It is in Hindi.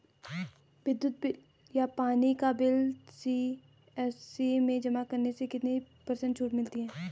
विद्युत बिल या पानी का बिल सी.एस.सी में जमा करने से कितने पर्सेंट छूट मिलती है?